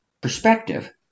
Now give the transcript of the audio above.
perspective